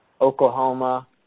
Oklahoma